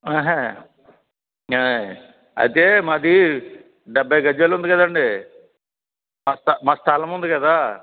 ఆహా ఆయ్ అదే మాది డెబ్భై గజాలుంది కదండీ మా స్థ మా స్థలముంది కదా